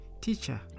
Teacher